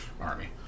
army